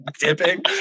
dipping